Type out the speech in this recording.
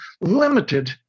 limited